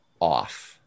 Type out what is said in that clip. off